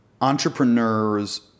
entrepreneurs